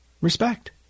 Respect